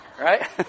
right